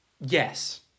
Yes